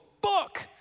book